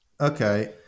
Okay